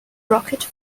rocket